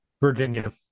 Virginia